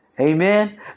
Amen